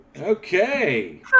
Okay